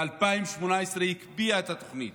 ב-2018 הקפיאו את התוכנית